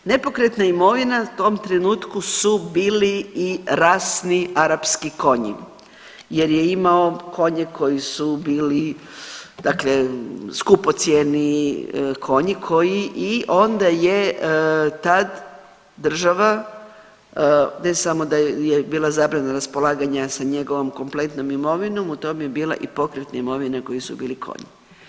Nepokretna imovina u tom trenutku su bili i rasni arapski konji jer je imao konje koji su bile dakle skupocjeni konji koji i onda je tad država, ne samo da je bila zabrana raspolaganja sa njegovom kompletnom imovinom, u tom je bila i pokretna imovina koji su bili konji.